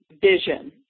vision